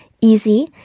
easy